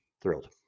Thrilled